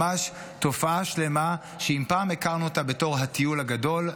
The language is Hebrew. ממש תופעה שלמה שאם פעם הכרנו אותה בתור הטיול הגדול,